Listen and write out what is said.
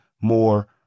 more